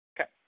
Okay